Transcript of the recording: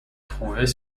trouvés